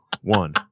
one